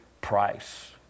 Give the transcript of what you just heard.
price